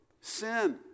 sin